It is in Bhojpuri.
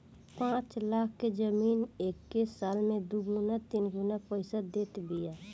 पाँच लाख के जमीन एके साल में दुगुना तिगुना पईसा देत बिया